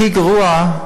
הכי גרוע,